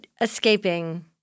escaping